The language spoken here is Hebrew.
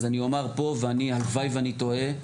אז אני אומר פה ואני הלוואי ואני טועה,